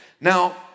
Now